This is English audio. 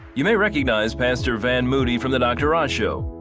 you may recognize pastor van moody from the dr. oz show.